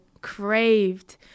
craved